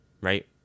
right